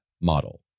model